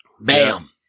bam